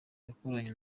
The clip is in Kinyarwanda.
yakoranye